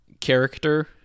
character